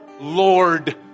Lord